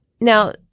Now